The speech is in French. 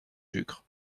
sucre